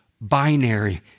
binary